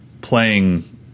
playing